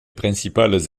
principales